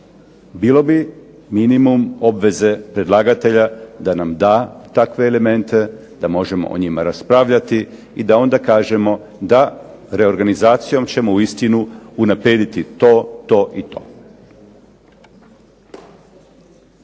Bilo bi minimum obveze predlagatelja da nam da takve elemente da možemo o njima raspravljati, i da onda kažemo da reorganizacijom ćemo uistinu unaprijediti to, to i to.